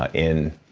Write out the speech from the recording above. ah in,